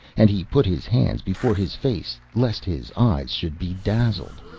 and he put his hands before his face lest his eyes should be dazzled.